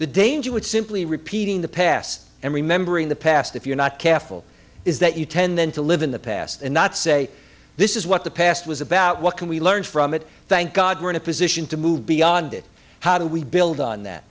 the danger would simply repeating the past and remembering the past if you're not careful is that you tend to live in the past and not say this is what the past was about what can we learn from it thank god we're in a position to move beyond it how do we build on that